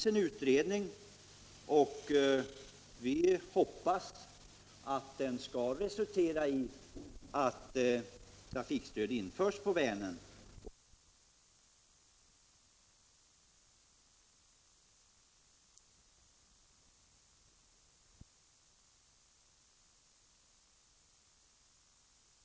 Eftersom utredningen skall sammanträda redan i eftermiddag, hoppas jag att herr Börjesson och hans vänner kommer att klara av det här mycket snabbt, så att vi snart får det efterlängtade trafikstödet.